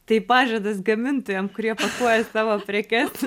tai pažadas gamintojam kurie pakuoja savo prekes